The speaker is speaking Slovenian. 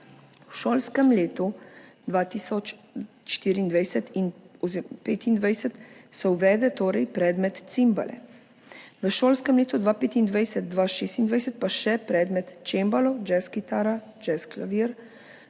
V šolskem letu 2024/2025 se torej uvede predmet cimbale, v šolskem letu 2025/2026 pa še predmeti čembalo, jazz kitara, jazz klavir,